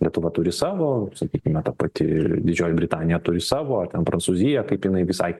lietuva turi savo sakykime ta pati didžioji britanija turi savo ar ten prancūzija kaip jinai visai